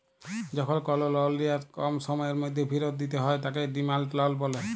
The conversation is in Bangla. যখল কল লল লিয়ার কম সময়ের ম্যধে ফিরত দিতে হ্যয় তাকে ডিমাল্ড লল ব্যলে